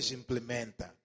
implementa